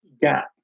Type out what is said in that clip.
gap